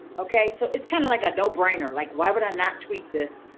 okay. so it's kind of like a no-brainer, like why would i not tweet this.